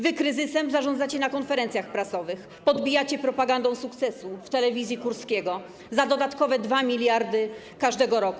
Wy kryzysem zarządzacie na konferencjach prasowych, podbijacie propagandą sukcesu w telewizji Kurskiego za dodatkowe 2 mld każdego roku.